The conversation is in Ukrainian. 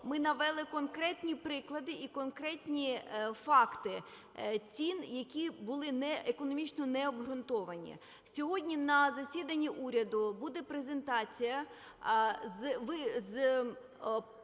Ми навели конкретні приклади і конкретні факти цін, які були економічно не обґрунтовані. Сьогодні на засіданні уряду буде презентація з